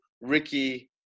Ricky